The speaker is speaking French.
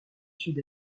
sud